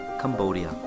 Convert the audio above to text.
Cambodia